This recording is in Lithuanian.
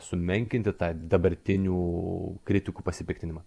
sumenkinti tą dabartinių kritikų pasipiktinimą